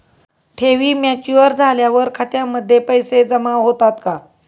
ठेवी मॅच्युअर झाल्यावर खात्यामध्ये पैसे जमा होतात का?